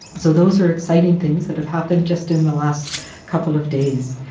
so those are exciting things that have happened just in the last couple of days.